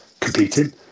competing